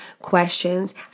questions